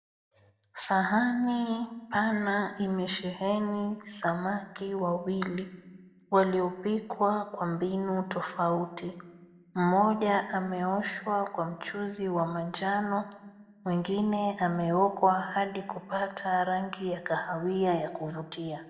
Sahani pana imesheheni samaki wawili waliopikwa kwa mbinu tofauti. Mmoja ameoshwa kwa mchuzi wa manjano, mwengine ameokwa hadi kupata rangi ya kahawia ya kuvutia.